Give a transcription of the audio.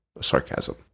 sarcasm